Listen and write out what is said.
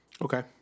Okay